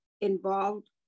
involved